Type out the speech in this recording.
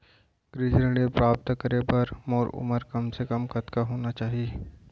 कृषि ऋण प्राप्त करे बर मोर उमर कम से कम कतका होना चाहि?